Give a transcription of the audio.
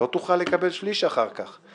לא תוכל לקבל שליש אחר כך.